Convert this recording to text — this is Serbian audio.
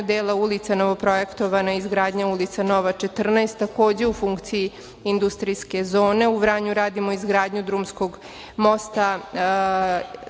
dela ulica novoprojektovana izgradnja ulica Nova 14, takođe u funkciji industrijske zone, u Vranju radimo izgradnju drumskog mosta